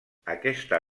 aquesta